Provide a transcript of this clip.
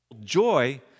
joy